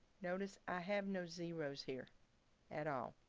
notice i have no zeros here at all.